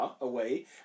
away